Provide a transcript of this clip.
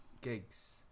gigs